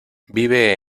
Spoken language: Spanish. vive